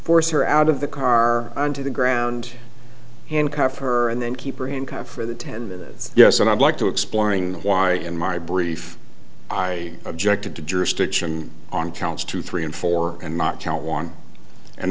force her out of the car onto the ground handcuffed her and then keep her income for the ten minutes yes and i'd like to exploring why in my brief i objected to jurisdiction on counts two three and four and not count one and